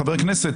חבר הכנסת,